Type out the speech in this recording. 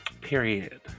Period